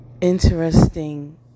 interesting